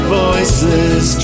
voices